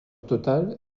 totale